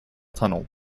tunnel